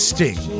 Sting